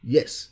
Yes